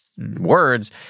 Words